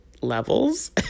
levels